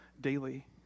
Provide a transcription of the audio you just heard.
daily